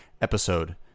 episode